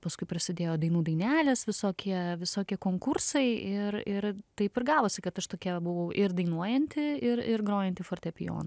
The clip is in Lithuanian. paskui prasidėjo dainų dainelės visokie visokie konkursai ir ir taip ir gavosi kad aš tokia buvau ir dainuojanti ir ir grojanti fortepijonu